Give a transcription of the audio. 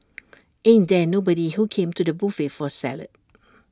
ain't there nobody who came to the buffet for salad